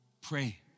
pray